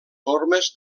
formes